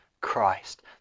Christ